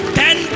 ten